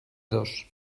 dos